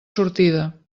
sortida